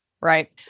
Right